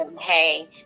hey